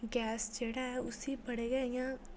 gas जेह्ड़ा ऐ उसी बड़े गै इयां